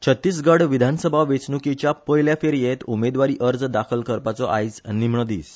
छत्तीसगढ विधानसभा वेचणुकिच्या पयल्या फेरयेत उमेदवारी अर्ज दाखल करपाचो आयज निमणो दिस